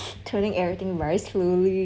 turning everything very slowly